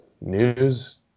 news